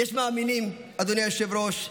אדוני היושב-ראש,